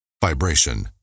vibration